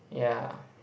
yeah